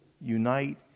unite